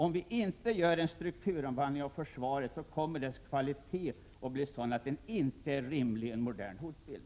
Om vi inte strukturomvandlar försvaret, kommer dess kvalitet att bli sådan att den inte är rimlig i en modern hotbild.